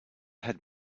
head